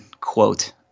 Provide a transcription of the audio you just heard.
quote